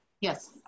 yes